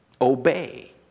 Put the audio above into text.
Obey